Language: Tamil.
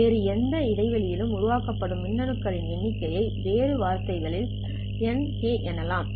வேறு எந்த இடைவெளி உருவாக்கப்படும் மின்னணு களின் எண்ணிக்கை ஐ வேறு வார்த்தைகளில் Nk எனலாம்